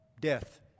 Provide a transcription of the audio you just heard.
death